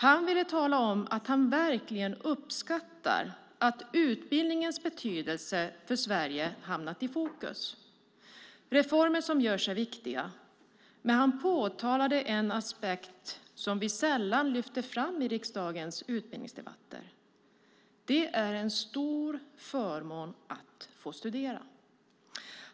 Han ville tala om att han verkligen uppskattar att utbildningens betydelse för Sverige hamnat i fokus. Reformer som görs är viktiga. Han påtalade dock en aspekt som vi sällan lyfter fram i riksdagens utbildningsdebatter: att det är en stor förmån att få studera.